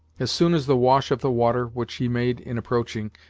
as soon as the wash of the water, which he made in approaching,